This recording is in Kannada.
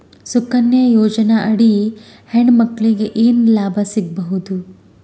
ಸುಕನ್ಯಾ ಯೋಜನೆ ಅಡಿ ಹೆಣ್ಣು ಮಕ್ಕಳಿಗೆ ಏನ ಲಾಭ ಸಿಗಬಹುದು?